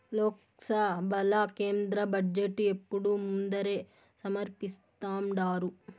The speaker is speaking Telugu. లోక్సభల కేంద్ర బడ్జెటు ఎప్పుడూ ముందరే సమర్పిస్థాండారు